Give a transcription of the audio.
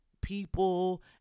people